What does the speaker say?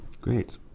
Great